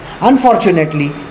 Unfortunately